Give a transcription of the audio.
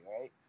right